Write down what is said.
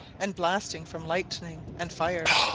and blasting from lightning, and fire.